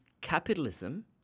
capitalism